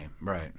right